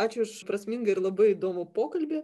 ačiū už prasmingą ir labai įdomų pokalbį